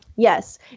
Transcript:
Yes